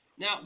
Now